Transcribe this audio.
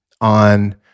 on